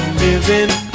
living